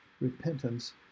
repentance